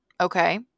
okay